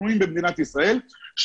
פנויים במדינת ישראל,